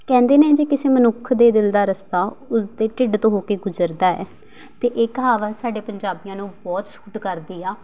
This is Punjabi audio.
ਕਹਿੰਦੇ ਨੇ ਜੇ ਕਿਸੇ ਮਨੁੱਖ ਦੇ ਦਿਲ ਦਾ ਰਸਤਾ ਉਸ ਦੇ ਢਿੱਡ ਤੋਂ ਹੋ ਕੇ ਗੁਜਰਦਾ ਹੈ ਅਤੇ ਇਹ ਕਹਾਵਤ ਸਾਡੇ ਪੰਜਾਬੀਆਂ ਨੂੰ ਬਹੁਤ ਸੂਟ ਕਰਦੀ ਆ